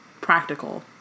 practical